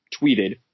tweeted